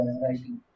writing